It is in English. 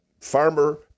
farmer